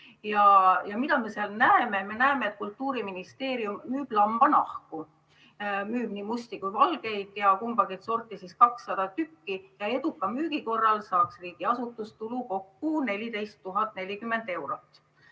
Ja mida me seal näeme? Me näeme, et Kultuuriministeerium müüb lambanahku, nii musti kui valgeid, kumbagi 200 tükki ja eduka müügi korral saaks riigiasutus tulu 14 040 eurot.